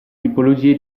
tipologie